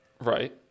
Right